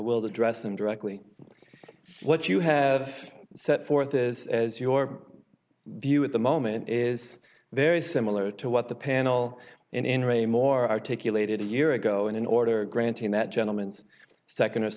will the dress them directly what you have set forth is as your view at the moment is very similar to what the panel in raymore articulated a year ago and in order granting that gentlemen's second